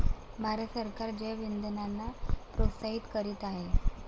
भारत सरकार जैवइंधनांना प्रोत्साहित करीत आहे